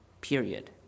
period